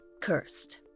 cursed